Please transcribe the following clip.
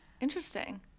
Interesting